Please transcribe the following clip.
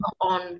on